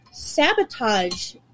sabotage